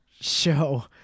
show